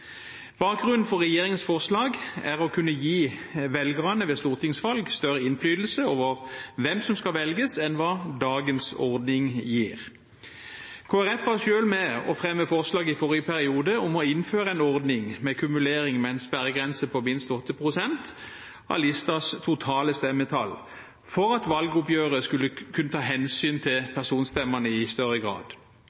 Bakgrunnen for regjeringens forslag er å kunne gi velgerne ved stortingsvalg større innflytelse over hvem som skal velges, enn hva dagens ordning gir. Kristelig Folkeparti var selv med på å fremme forslag i forrige periode om å innføre en ordning med kumulering med en sperregrense på minst 8 pst. av listens totale stemmetall for at valgoppgjøret skulle kunne ta hensyn til